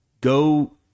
Go